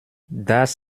dass